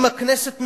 אם הכנסת מאשרת,